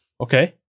okay